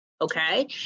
Okay